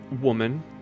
woman